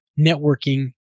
networking